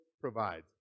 provides